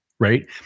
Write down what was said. right